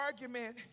argument